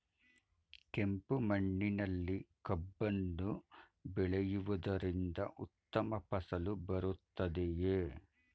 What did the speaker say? ಕೆಂಪು ಮಣ್ಣಿನಲ್ಲಿ ಕಬ್ಬನ್ನು ಬೆಳೆಯವುದರಿಂದ ಉತ್ತಮ ಫಸಲು ಬರುತ್ತದೆಯೇ?